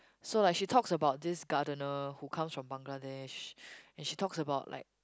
so like she talks about this gardener who comes from Bangladesh and she talks about like